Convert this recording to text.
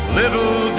little